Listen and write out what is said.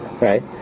Right